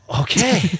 Okay